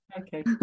okay